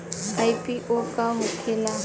IPO का होखेला?